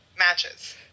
matches